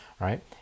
right